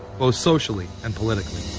both socially and politically.